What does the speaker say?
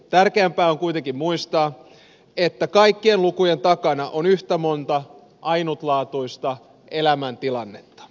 tärkeämpää on kuitenkin muistaa että kaikkien lukujen takana on yhtä monta ainutlaatuista elämäntilannetta